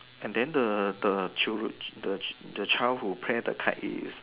and then the the child the the child who tears the kite is